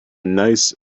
nice